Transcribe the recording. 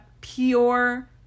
pure